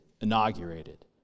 inaugurated